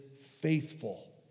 faithful